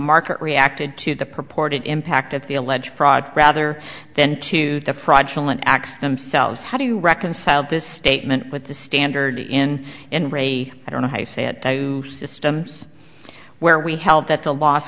market reacted to the purported impact of the alleged fraud rather than to the fraudulent acts themselves how do you reconcile this statement with the standard in an re i don't know how i say it two systems where we held that the l